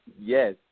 Yes